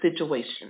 situation